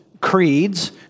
creeds